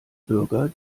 bürger